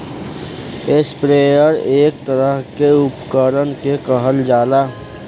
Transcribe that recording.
sprayer एक तरह के उपकरण के कहल जाला